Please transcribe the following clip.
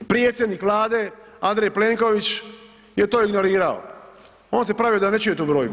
Predsjednik Vlade Andrej Plenković je to ignorirao, on se pravi da ne čuje tu brojku.